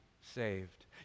saved